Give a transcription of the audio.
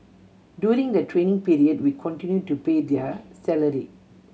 during the training period we continue to pay their salary